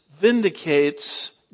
vindicates